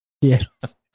Yes